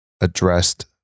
addressed